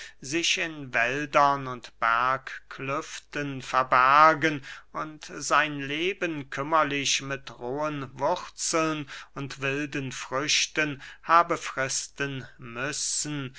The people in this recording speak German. sich in wäldern und bergklüften verbergen und sein leben kümmerlich mit rohen wurzeln und wilden früchten habe fristen müssen